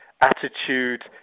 attitude